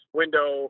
window